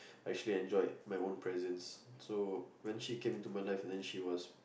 actually enjoyed my own presence so when she came into my life and she was